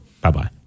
Bye-bye